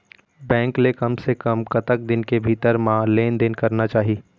Bank ले कम से कम कतक दिन के भीतर मा लेन देन करना चाही?